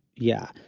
yeah.